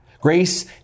Grace